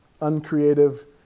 uncreative